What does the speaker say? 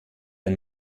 ein